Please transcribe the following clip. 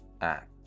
act